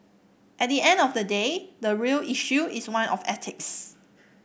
at the end of the day the real issue is one of ethics